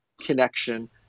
connection